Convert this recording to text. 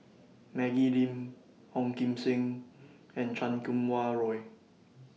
Maggie Lim Ong Kim Seng and Chan Kum Wah Roy